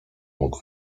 mógł